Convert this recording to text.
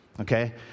okay